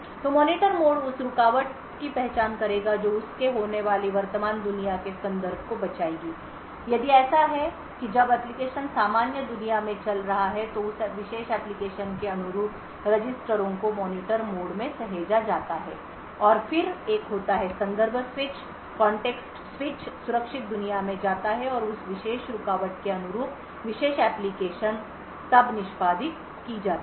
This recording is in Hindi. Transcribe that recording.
तो मॉनिटर मोड उस रुकावट की पहचान करेगा जो उसके होने वाली वर्तमान दुनिया के संदर्भ को बचाएगी यदि ऐसा है कि जब एप्लिकेशन सामान्य दुनिया में चल रहा है तो उस विशेष एप्लिकेशन के अनुरूप रजिस्टरों को मॉनिटर मोड में सहेजा जाता है और फिर एक होता है संदर्भ स्विच सुरक्षित दुनिया में जाता है और उस विशेष रुकावट के अनुरूप विशेष एप्लिकेशन तब निष्पादित की जाती है